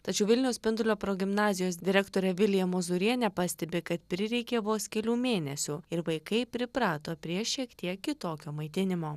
tačiau vilniaus spindulio progimnazijos direktorė vilija mozurienė pastebi kad prireikė vos kelių mėnesių ir vaikai priprato prie šiek tiek kitokio maitinimo